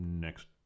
next